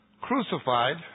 crucified